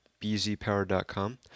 bzpower.com